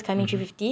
mmhmm